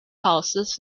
houses